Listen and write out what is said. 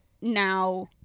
now